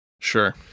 Sure